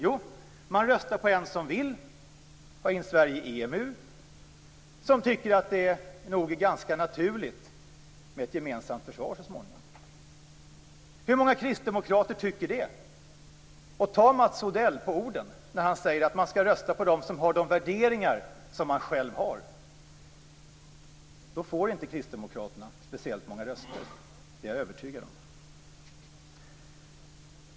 Jo, man röstar på en som vill ha in Sverige i EMU, som tycker att det är ganska naturligt med ett gemensamt försvar så småningom. Hur många kristdemokrater tycker det? Ta Mats Odell på orden när han säger att man skall rösta på det parti som har de värderingar som man själv har! Då får inte Kristdemokraterna speciellt många röster, det är jag övertygad om.